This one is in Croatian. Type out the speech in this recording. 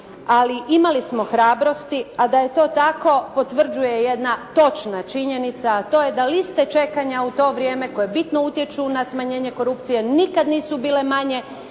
ali imali smo hrabrosti, a da je to tako potvrđuje jedna točna činjenica, a to je da liste čekanja u to vrijeme koje bitno utječu na smanjenje korupcije nikad nisu bile manje